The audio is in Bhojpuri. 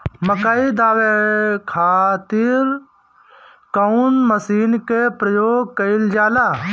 मकई दावे खातीर कउन मसीन के प्रयोग कईल जाला?